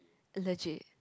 legit